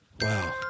Wow